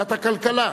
ועדת הכלכלה,